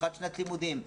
פתיחת שנת לימודים,